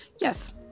yes